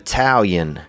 Italian